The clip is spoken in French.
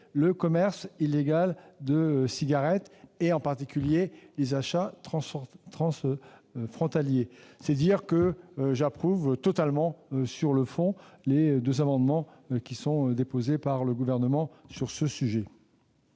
le commerce illégal de cigarettes, en particulier les achats transfrontaliers et je ne peux qu'approuver totalement, sur le fond, les deux amendements qu'a déposés le Gouvernement sur ce sujet.